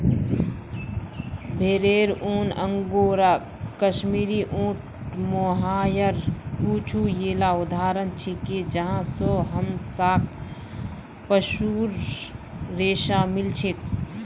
भेरेर ऊन, अंगोरा, कश्मीरी, ऊँट, मोहायर कुछू येला उदाहरण छिके जहाँ स हमसाक पशुर रेशा मिल छेक